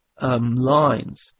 lines